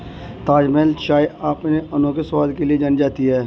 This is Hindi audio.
ताजमहल चाय अपने अनोखे स्वाद के लिए जानी जाती है